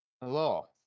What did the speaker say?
Hello